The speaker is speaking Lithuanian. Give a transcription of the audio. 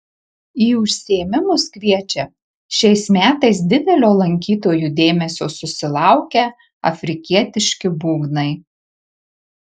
į užsiėmimus kviečia šiais metais didelio lankytojų dėmesio susilaukę afrikietiški būgnai